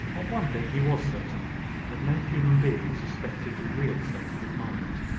of one thing he was certain that no human being suspected the real state of his mind.